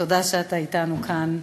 תודה שאתה אתנו כאן,